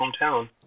hometown